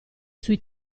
sui